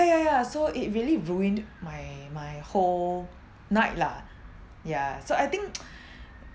ya ya so it really ruined my my whole night lah ya so I think